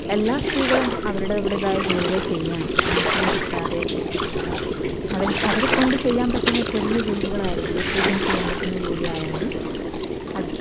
എല്ലാ സ്ത്രീകളും അവരുടെ അവരുടേതായ ജോലികൾ ചെയ്യണം വീട്ടിലിരിക്കാതെ അവർ അവരെക്കൊണ്ട് ചെയ്യാൻ പറ്റുന്ന ചെറിയ ജോലികളായാലും വീട്ടിലിരുന്ന് ചെയ്യാൻ പറ്റുന്ന ജോലി ആയാലും അത്